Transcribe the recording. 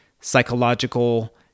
psychological